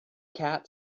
cat